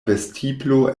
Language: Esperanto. vestiblo